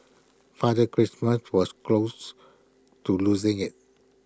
Father Christmas was close to losing IT